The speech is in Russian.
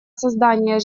создание